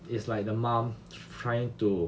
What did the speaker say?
it's like the mom trying to